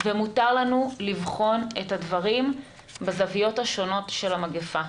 ומותר לנו לבחון את הדברים מהזוויות השונות של המגפה.